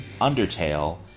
Undertale